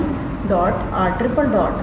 2 8